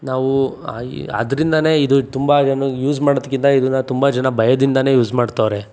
ನಾವು ಅದರಿಂದಲೇ ಇದು ತುಂಬ ಜನ ಯೂಸ್ ಮಾಡೋದ್ಕಿಂತ ಇದನ್ನು ತುಂಬ ಜನ ಭಯದಿಂದನೇ ಯೂಸ್ ಮಾಡ್ತವ್ರೆ